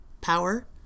power